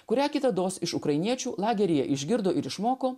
kurią kitados iš ukrainiečių lageryje išgirdo ir išmoko